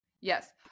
yes